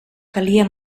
calia